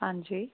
ਹਾਂਜੀ